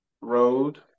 Road